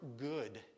good